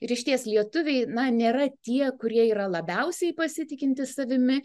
ir išties lietuviai na nėra tie kurie yra labiausiai pasitikinti savimi